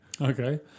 Okay